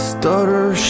Stutter